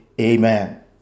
amen